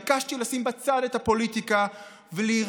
ביקשתי לשים בצד את הפוליטיקה ולהירתם